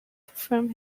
from